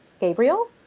Gabriel